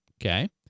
okay